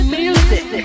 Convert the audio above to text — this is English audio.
music